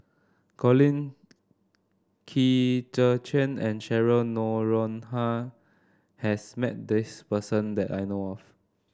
Colin Qi Zhe Quan and Cheryl Noronha has met this person that I know of